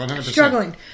struggling